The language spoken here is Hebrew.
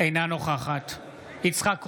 אינה נוכחת יצחק קרויזר,